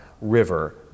River